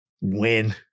Win